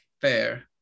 Fair